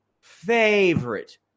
favorite